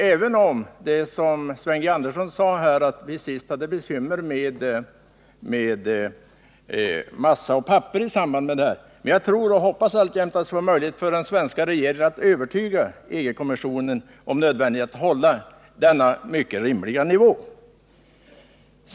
Sven G. Andersson sade att vi senast hade bekymmer med massa och papper i det här avseendet, men jag tror och hoppas alltjämt att det skall vara möjligt för den svenska regeringen att övertyga EG-kommissionen om 169 nödvändigheten av att hålla denna mycket rimliga nivå.